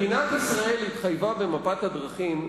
מדינת ישראל התחייבה במפת הדרכים,